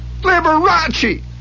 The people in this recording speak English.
Liberace